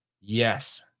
Yes